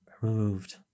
removed